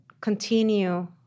continue